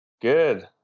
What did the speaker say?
Good